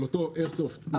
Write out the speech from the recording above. של אותו איירסופט מפורק.